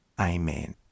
Amen